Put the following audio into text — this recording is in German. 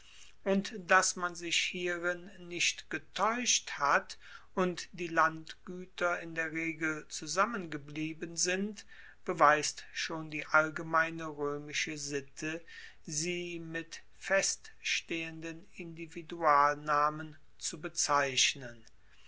und dass man sich hierin nicht getaeuscht hat und die landgueter in der regel zusammengeblieben sind beweist schon die allgemeine roemische sitte sie mit feststehenden individualnamen zu bezeichnen